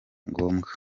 ngombwa